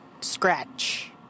scratch